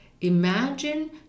imagine